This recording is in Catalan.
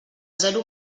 zero